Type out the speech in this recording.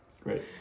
Great